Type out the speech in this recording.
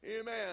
Amen